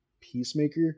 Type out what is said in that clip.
Peacemaker